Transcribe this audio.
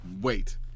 wait